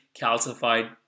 calcified